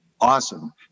awesome